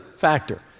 Factor